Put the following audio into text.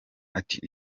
ati